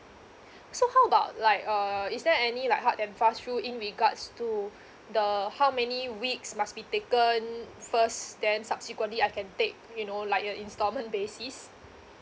so how about like err is there any like hard and fast rule in regards to the how many weeks must be taken first then subsequently I can take you know like your installment basis